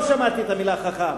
לא שמעתי את המלה חכם.